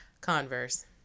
Converse